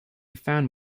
found